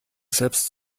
selbst